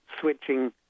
switching